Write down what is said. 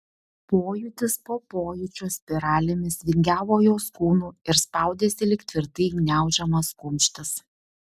pojūtis po pojūčio spiralėmis vingiavo jos kūnu ir spaudėsi lyg tvirtai gniaužiamas kumštis